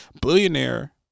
Billionaire